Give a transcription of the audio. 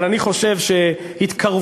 אבל אני חושב שהתקרבותנו,